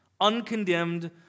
uncondemned